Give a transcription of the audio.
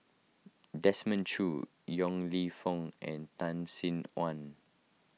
Desmond Choo Yong Lew Foong and Tan Sin Aun